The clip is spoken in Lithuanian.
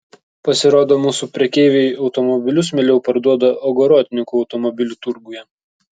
pasirodo mūsų prekeiviai automobilius mieliau parduoda ogorodnikų automobilių turguje